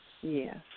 Yes